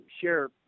share